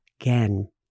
again